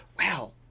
wow